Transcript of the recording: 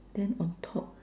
then on top